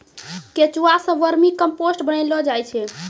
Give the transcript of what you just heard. केंचुआ सें vermicompost बनैलो जाय छै